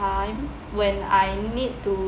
time when I need to